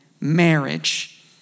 marriage